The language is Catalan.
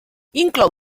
inclou